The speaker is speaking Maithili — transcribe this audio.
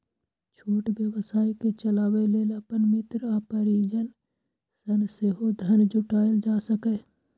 छोट व्यवसाय कें चलाबै लेल अपन मित्र आ परिजन सं सेहो धन जुटायल जा सकैए